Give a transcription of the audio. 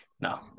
no